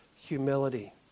humility